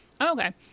okay